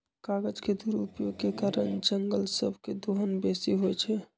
कागज के दुरुपयोग के कारण जङगल सभ के दोहन बेशी होइ छइ